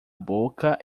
boca